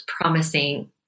promising